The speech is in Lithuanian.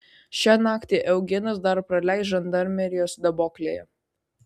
šią naktį eugenas dar praleis žandarmerijos daboklėje